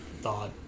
thought